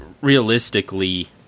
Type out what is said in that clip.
realistically